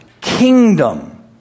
kingdom